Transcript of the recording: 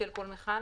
בשל כל מכל,